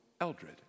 Eldred